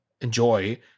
enjoy